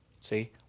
See